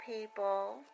people